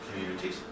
communities